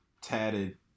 tatted